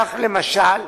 כך, למשל,